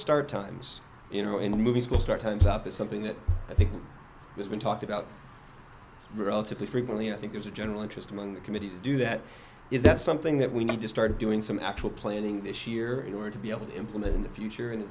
start times you know in the movie school start times up is something that i think has been talked about relatively frequently and i think there's a general interest among the committee to do that is that something that we need to start doing some actual planning this year in order to be able to implement in the future and